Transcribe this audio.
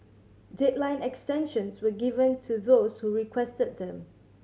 deadline extensions were given to those who requested them